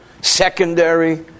secondary